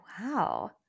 wow